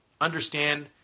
understand